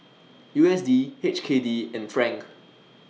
U S D H K D and Franc